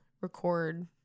record